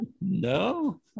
No